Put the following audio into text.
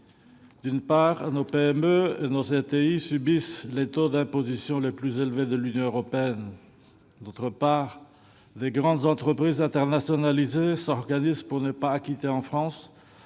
D'un côté, nos PME et nos ETI subissent les taux d'imposition les plus élevés de l'Union européenne ; de l'autre, de grandes entreprises internationalisées s'organisent pour ne pas acquitter en France